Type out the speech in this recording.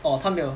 oh 她没有